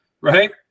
right